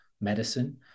medicine